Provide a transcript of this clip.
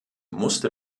musste